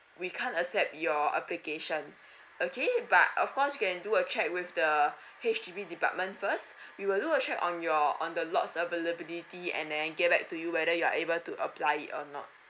we can't accept your application okay but of course can do a check with the H_D_B department first we will do a check on your on the lots availability and then get back to you whether you are able to apply it or not